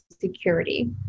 security